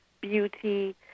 beauty